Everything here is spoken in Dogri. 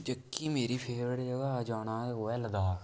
जेह्की मेरी फेवरेट जगह् जाना ओह् ऐ लद्दाख